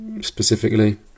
specifically